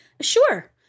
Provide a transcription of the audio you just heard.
sure